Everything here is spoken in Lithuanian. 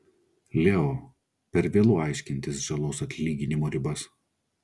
leo per vėlu aiškintis žalos atlyginimo ribas